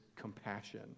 compassion